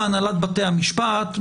מהנהלת בתי המשפט.